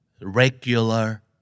Regular